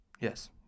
Yes